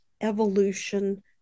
evolution